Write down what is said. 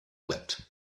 wept